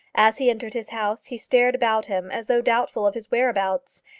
as he entered his house, he stared about him as though doubtful of his whereabouts,